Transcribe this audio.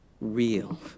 real